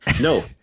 No